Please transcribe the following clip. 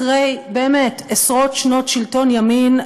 אחרי באמת עשרות שנות שלטון ימין,